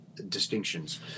distinctions